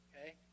Okay